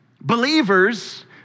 Believers